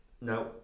no